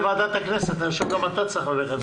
אני חושב שהחוק הזה הוא חשוב.